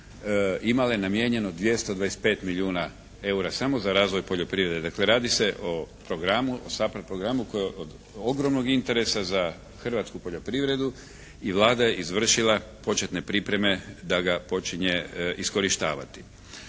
imale namijenjeno 225 milijuna eura, samo za razvoj poljoprivrede. Dakle, radi se o programu, SAPARD programu koji je od ogromnog interesa za hrvatsku poljoprivredu i Vlada je izvršila početne pripreme da ga počinje iskorištavati.